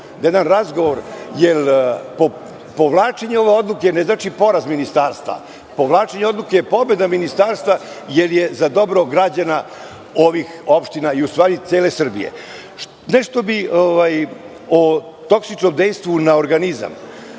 jedan razgovor, jer povlačenje ove odluke ne znači poraz ministarstva, povlačenje odluke je pobeda ministarstva jer je za dobro građana ovih opština i u stvari cele Srbije. Nešto bih o toksičnom dejstvu na organizam.